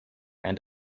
and